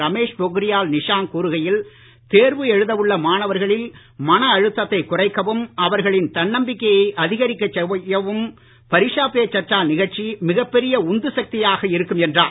ரமேஷ் பொக்ரியால் நிஷாங்க் கூறுகையில் தேர்வு எழுதவுள்ள மாணவர்களில் மன அழுத்தத்தை குறைக்கவும் அவர்களின் தன்னம்பிக்கையை அதிகாிக்கச் செய்யவும் பாிச்ஷா பே சர்ச்சா நிகழ்ச்சி மிகப்பொிய உந்து சக்தியாக இருக்கும் என்றார்